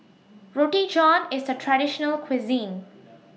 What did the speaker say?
Roti John IS A Traditional Cuisine